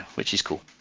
which is cool.